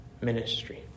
ministry